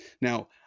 Now